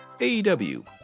AEW